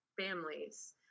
families